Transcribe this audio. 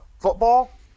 football